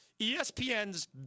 ESPN's